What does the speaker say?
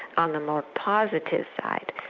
on the more positive side,